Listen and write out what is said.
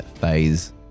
phase